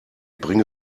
bringe